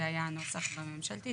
זה היה הנוסח בממשלתית,